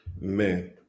man